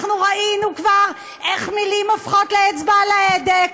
אנחנו ראינו כבר איך מילים הופכות לאצבע על ההדק,